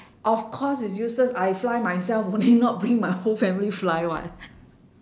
of course it's useless I fly myself only not bring my whole family fly [what]